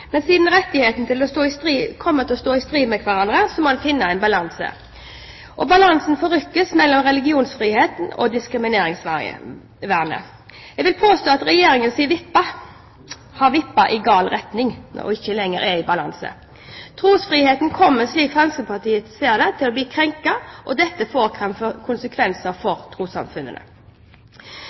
Men siden rettighetene kan komme til stå i strid med hverandre, må en finne en balanse. Balansen forrykkes mellom religionsfriheten og diskrimineringsvernet. Jeg vil påstå at Regjeringens vippe har vippet i gal retning og ikke lenger er i balanse. Trosfriheten kommer, slik Fremskrittspartiet ser det, til å bli krenket, og dette får konsekvenser for trossamfunnene.